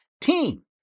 team